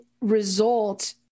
result